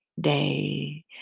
Day